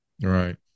right